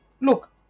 Look